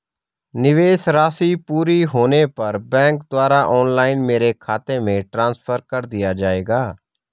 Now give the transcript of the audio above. निवेश राशि पूरी होने पर बैंक द्वारा ऑनलाइन मेरे खाते में ट्रांसफर कर दिया जाएगा?